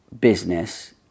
business